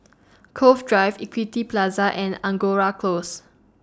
Cove Drive Equity Plaza and Angora Close